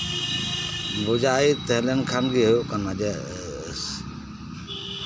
ᱵᱚᱡᱟᱭ ᱛᱟᱦᱮᱸ ᱞᱮᱱᱠᱷᱟᱱ ᱜᱮ ᱦᱩᱭᱩᱜ ᱠᱟᱱᱟ ᱡᱮ